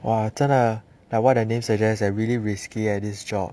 !wah! 真的 like what the name suggests eh really risky eh this job